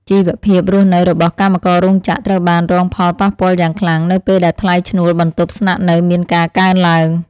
ជីវភាពរស់នៅរបស់កម្មកររោងចក្រត្រូវបានរងផលប៉ះពាល់យ៉ាងខ្លាំងនៅពេលដែលថ្លៃឈ្នួលបន្ទប់ស្នាក់នៅមានការកើនឡើង។